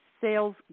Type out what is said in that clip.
sales